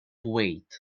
wait